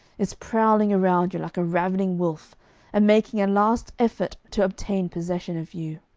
is prowling around you like a ravening wolf and making a last effort to obtain possession of you.